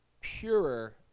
purer